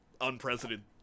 unprecedented